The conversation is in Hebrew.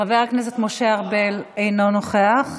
חבר הכנסת משה ארבל, אינו נוכח,